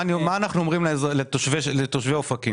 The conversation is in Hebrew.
מה אנחנו אומרים לתושבי אופקים?